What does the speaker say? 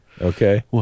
okay